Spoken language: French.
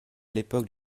l’époque